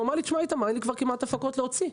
הוא אמר לי: אין לי כבר כמעט הפקות להוציא,